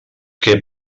què